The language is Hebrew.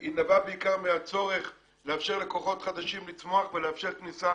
היא נבעה בעיקר מהצורך לאפשר לכוחות חדשים לצמוח ולאפשר כניסה